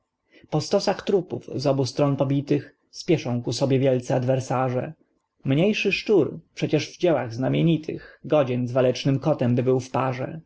po stosach trupów z obu stron pobitych spieszą ku sobie wielcy adwersarze mniejszy szczur przecież w dziełach znamienitych godzien z walecznym kotem by był w parze